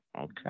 okay